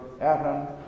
Adam